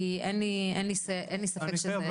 כי אין לי ספק שזה חשוב.